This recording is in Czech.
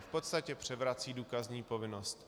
V podstatě převrací důkazní povinnost.